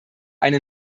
eine